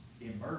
immersion